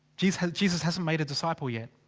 jesus jesus hasn't made a disciple yet.